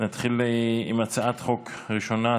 נתחיל עם הצעת החוק הראשונה,